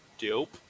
dope